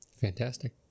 Fantastic